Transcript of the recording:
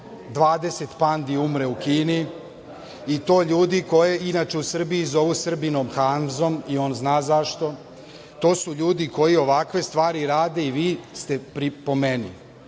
20 pandi umre u Kini, i to ljude koji inače u Srbiji zovu Srbinom Hamzom i on zna zašto, to su ljudi koji ovakve stvari rade i vi ste, po meni,